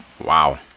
Wow